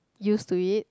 used to it